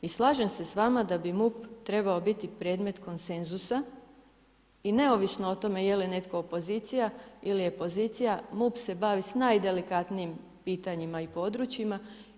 I slažem se sa vama da bi MUP trebao biti predmet konsenzusa i neovisno o tome je li netko opozicija ili je pozicija MUP se bavi s najdelikatnijim pitanjima i područjima.